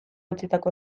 utzitako